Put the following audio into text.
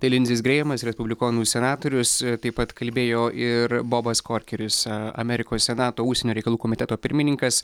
tai linzis greimas respublikonų senatorius taip pat kalbėjo ir bobas korkeris amerikos senato užsienio reikalų komiteto pirmininkas